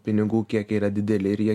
pinigų kiekiai yra dideli ir jie